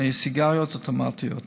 סיגריות אוטומטיות.